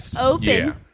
open